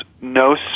no